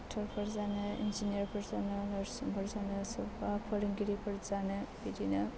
डक्ट'रफोर जानो इन्जिनियारफोर जानो नार्सफोर जानो सोरबा फोरोंगिरिफोर जानो बिदिनो